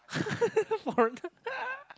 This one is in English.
foreigner